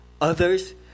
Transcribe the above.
others